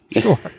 Sure